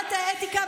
לוועדת האתיקה,